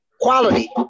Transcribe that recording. quality